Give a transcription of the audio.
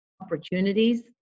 opportunities